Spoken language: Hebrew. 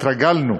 התרגלנו.